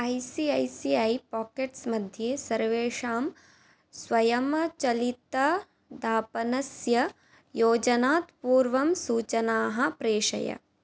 I C A C A pockets मध्ये सर्वेषां स्वयंचालितदापनस्य योजनात् पूर्वं सूचनाः प्रेषय